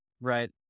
right